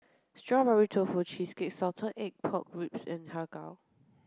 strawberry tofu cheesecake salted egg pork ribs and Har Kow